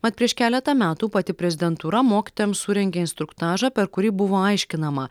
mat prieš keletą metų pati prezidentūra mokytojams surengė instruktažą per kurį buvo aiškinama